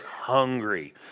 hungry